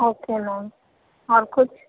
okay ma'am اور کچھ